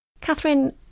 catherine